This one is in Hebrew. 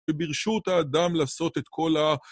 וברשות האדם לעשות את כל ה...